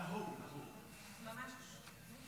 ההצעה